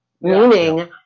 meaning